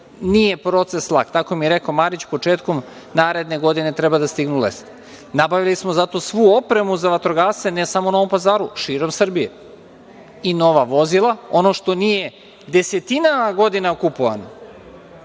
nije proces lak. Tako mi je rekao Marić, početkom naredne godine treba da stignu lestve. Nabavili smo zato svu opremu za vatrogasce ne samo u Novom Pazaru, već širom Srbije, i nova vozila, ono što nije desetinama godina kupovano. Ja